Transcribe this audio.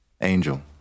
Angel